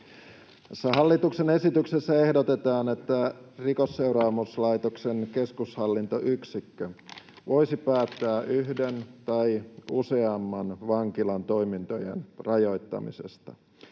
Hallituksen esityksessä ehdotetaan, että Rikosseuraamuslaitoksen keskushallintoyksikkö voisi päättää yhden tai useamman vankilan toimintojen rajoittamisesta.